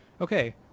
okay